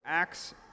Acts